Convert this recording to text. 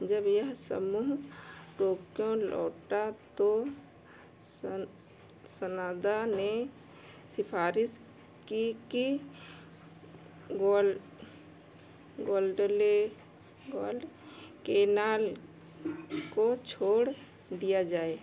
जब यह समूह टोक्यो लौटा तो सन सनादा ने सिफारिश की कि ग्वल ग्वालडले ग्वाड केनाल को छोड़ दिया जाए